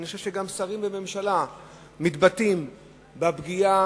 אני חושב שגם שרים בממשלה מתבטאים על הפגיעה